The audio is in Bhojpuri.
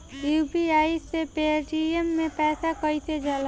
यू.पी.आई से पेटीएम मे पैसा कइसे जाला?